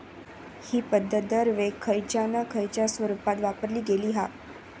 हि पध्दत दरवेळेक खयच्या ना खयच्या स्वरुपात वापरली गेली हा